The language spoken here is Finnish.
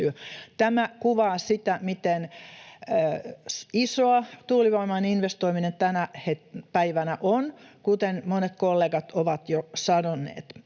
Tämä kuvaa sitä, miten isoa tuulivoimaan investoiminen tänä päivänä on, kuten monet kollegat ovat jo sanoneet.